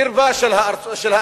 קרבה של האמריקנים,